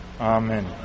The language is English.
Amen